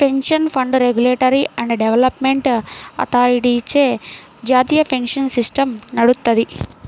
pension fund regulatory and development అథారిటీచే జాతీయ pension system నడుత్తది